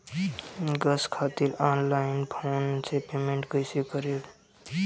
Gas खातिर online phone से payment कैसे करेम?